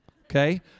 Okay